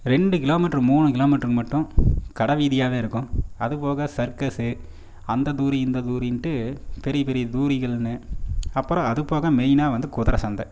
ரெண்டு கிலோமீட்டர் மூணு kilometre மட்டும் கடைவீதியாவே இருக்கும் அதுபோக சர்க்கஸ் அந்த தூரி இந்த தூரிண்ட்டு பெரிய பெரிய தூரிகள்னு அப்புறம் அது போக மெயினாக வந்து குதிரை சந்தை